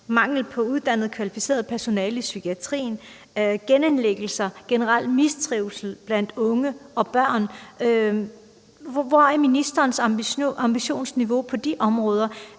manglende uddannet personale i psykiatrien, genindlæggelser og generel mistrivsel blandt unge og børn? Hvordan er ministerens ambitionsniveau på de områder?